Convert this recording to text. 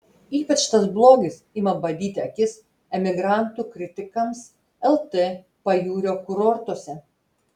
ypač tas blogis ima badyti akis emigrantų kritikams lt pajūrio kurortuose